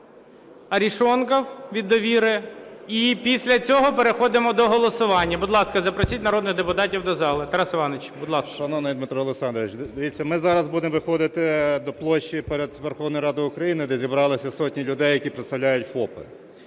Арешонков від "Довіри". І після цього переходимо до голосування. Будь ласка, запросіть народних депутатів до зали. Тарас Іванович, будь ласка. 11:51:20 БАТЕНКО Т.І. Шановний Дмитро Олександрович, дивіться, ми зараз будемо виходити до площі перед Верховною Радою України, де зібралися сотні людей, які представляють ФОПи.